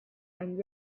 and